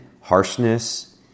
harshness